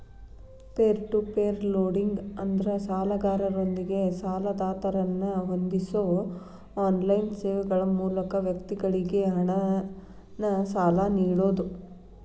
peer to peer lending ಅಂದ್ರ ಸಾಲಗಾರರೊಂದಿಗೆ ಸಾಲದಾತರನ್ನ ಹೊಂದಿಸೋ ಆನ್ಲೈನ್ ಸೇವೆಗಳ ಮೂಲಕ ವ್ಯಕ್ತಿಗಳಿಗಿ ಹಣನ ಸಾಲ ನೇಡೋದು